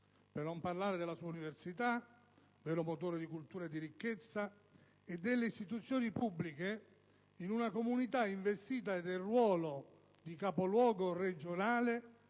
Per non parlare della sua Università, vero motore di cultura e di ricchezza e delle istituzioni pubbliche, in una comunità investita del ruolo di capoluogo regionale,